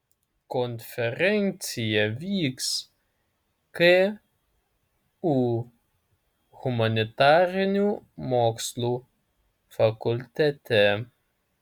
konferencija vyks ku humanitarinių mokslų fakultete